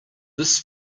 this